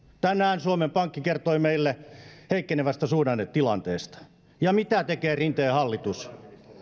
tänään suomen pankki kertoi meille heikkenevästä suhdannetilanteesta ja mitä tekee rinteen hallitus